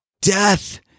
Death